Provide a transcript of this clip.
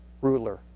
ruler